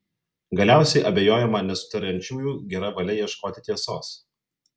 galiausiai abejojama nesutariančiųjų gera valia ieškoti tiesos